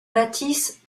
bâtisse